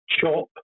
chop